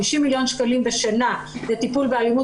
50 מיליון שקלים בשנה לטיפול באלימות